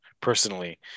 personally